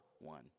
one